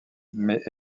mais